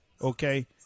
Okay